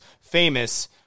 famous